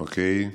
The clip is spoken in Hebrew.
אוקיי.